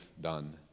done